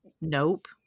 nope